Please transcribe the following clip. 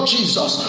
Jesus